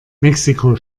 mexiko